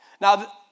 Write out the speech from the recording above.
Now